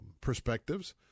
perspectives